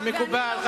מקובל,